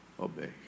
obey